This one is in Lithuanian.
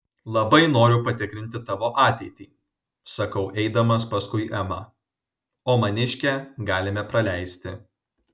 labai noriu patikrinti tavo ateitį sakau eidamas paskui emą o maniškę galime praleisti